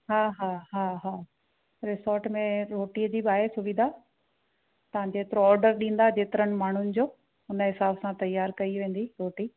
हा हा हा हा रिसॉर्ट में रोटीअ जी बि आहे सुविधा तव्हां जेतिरो ऑडर ॾींदा जेतरनि माण्हुनि जो उन हिसाब सां तयार कई वेंदी रोटी